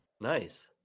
Nice